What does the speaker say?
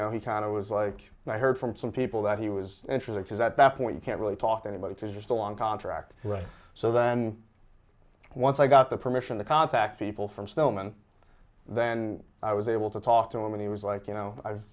he kind of was like and i heard from some people that he was interested because at that point you can't really talk to anybody because you're still on contract right so then once i got the permission to contact people from stillman then i was able to talk to him and he was like you know i've